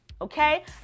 okay